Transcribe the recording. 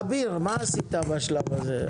אביר, מה עשית בשלב הזה?